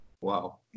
Wow